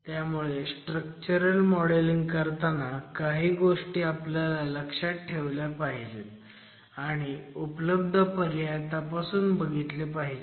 त्यामुळे structural modelling करताना काही गोष्टी आपल्याला लक्षात ठेवल्या पाहिजेत आणि उपलब्ध पर्याय तपासून बघितले पाहिजेत